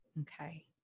Okay